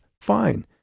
Fine